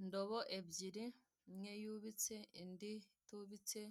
Indobo ebyiri imwe yubitse indi itubitse